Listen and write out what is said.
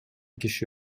киши